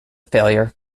failure